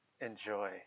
Enjoy